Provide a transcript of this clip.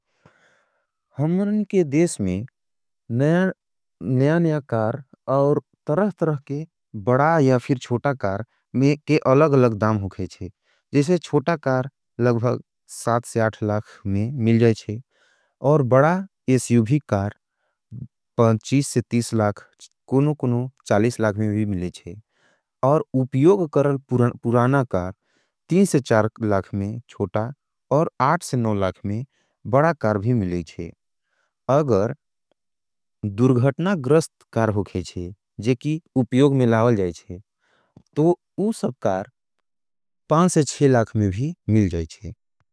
हम्रण के देश में निया-निया कार और तरह-तरह के बड़ा या फिर छोटा कार में के अलग-अलग दाम हो गये जैसे छोटा कार लगबग लाख में मिल जाये जैसे और बड़ा एस्योभी कार लाख कुनु-कुनु लाख में भी मिले जैसे और उपयोग कर पुराना क लाख में छोटा और लाख में बड़ा कार भी मिले जैसे अगर दुर्घटना ग्रस्थ कार हो गये जैसे जेकि उपयोग में लावल जाये जैसे तो उसब कार लाख में भी मिल जाये जैसे।